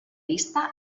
vista